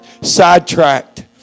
sidetracked